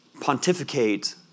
pontificate